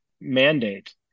mandate